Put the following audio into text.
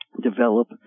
develop